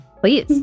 Please